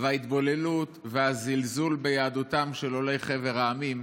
וההתבוללות והזלזול ביהדותם של עולי חבר המדינות